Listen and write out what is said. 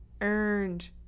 earned